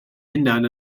hunain